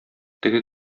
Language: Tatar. теге